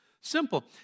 Simple